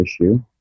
issue